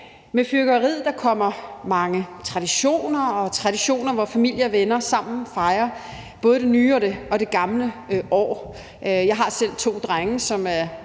Med fyrværkeriet kommer mange traditioner – traditioner, hvor familie og venner sammen fejrer både det nye og det gamle år. Jeg har selv to drenge,